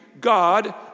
God